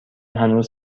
هنوز